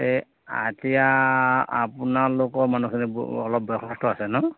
এই এতিয়া আপোনালোকৰ মানুহখিনি অলপ বয়সস্থ আছে ন